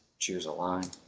choose a line.